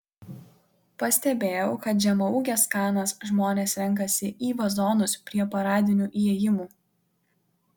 pastebėjau kad žemaūges kanas žmonės renkasi į vazonus prie paradinių įėjimų